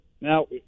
Now